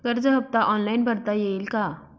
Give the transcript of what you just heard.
कर्ज हफ्ता ऑनलाईन भरता येईल का?